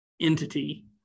entity